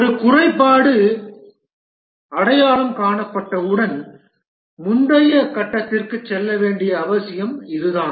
ஒரு குறைபாடு அடையாளம் காணப்பட்டவுடன் முந்தைய கட்டத்திற்குச் செல்ல வேண்டிய அவசியம் இதுதான்